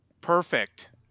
Perfect